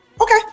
okay